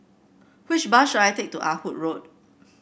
which bus should I take to Ah Hood Road